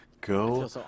Go